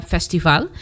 Festival